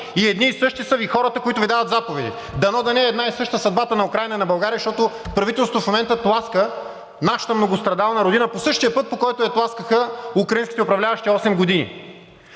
и едни и същи са Ви хората, които Ви дават заповеди. Дано да не е една и съща съдбата на Украйна и на България, защото правителството в момента тласка нашата многострадална родина по същия път, по който я тласкаха украинските управляващи осем години.